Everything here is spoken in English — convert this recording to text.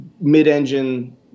mid-engine